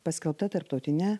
paskelbta tarptautine